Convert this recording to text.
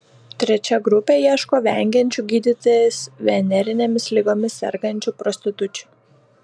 trečia grupė ieško vengiančių gydytis venerinėmis ligomis sergančių prostitučių